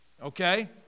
Okay